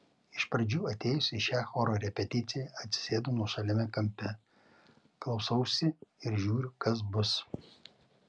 iš pradžių atėjusi į šią choro repeticiją atsisėdu nuošaliame kampe klausausi ir žiūriu kas bus